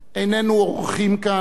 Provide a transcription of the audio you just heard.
איננו אורחים כאן,